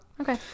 okay